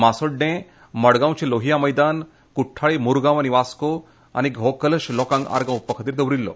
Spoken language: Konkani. मासोड्डें मडगांवर्च लोहिया मनैदान कुठ्ठाळी मुरगांव आनी वास्को हो कलश लोकांक आर्गां ओंपपा खातीर दवरील्लो